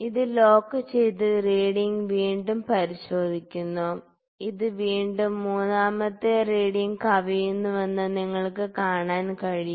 ഇത് ലോക്ക് ചെയ്ത് റീഡിങ് വീണ്ടും പരിശോധിക്കുന്നു ഇത് വീണ്ടും മൂന്നാമത്തെ വായനയെ കവിയുന്നുവെന്ന് നിങ്ങൾക്ക് കാണാൻ കഴിയും